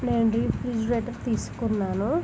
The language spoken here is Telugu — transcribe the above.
నేను రిఫ్రిజిరేటర్ తీసుకున్నాను